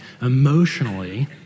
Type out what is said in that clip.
emotionally